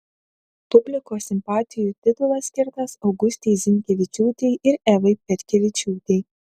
publikos simpatijų titulas skirtas augustei zinkevičiūtei ir evai petkevičiūtei